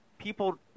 people